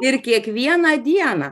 ir kiekvieną dieną